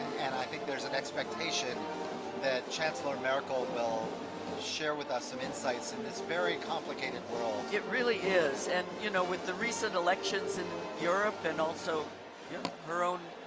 and i think there's an expectation that chancellor merkel will share with us some insights in this very complicated world. it really is, and you know with the recent elections in europe and also yeah her own